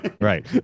right